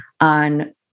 on